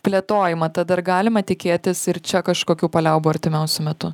plėtojimą tad ar galima tikėtis ir čia kažkokių paliaubų artimiausiu metu